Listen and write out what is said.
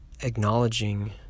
acknowledging